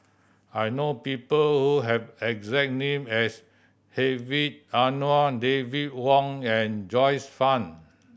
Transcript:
I know people who have exact name as Hedwig Anuar David Wong and Joyce Fan